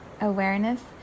awareness